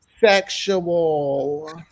Sexual